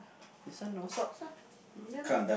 this one no socks ah ya lah